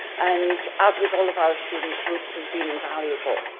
and, as with all of our student groups, has been invaluable.